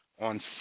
on